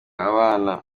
abana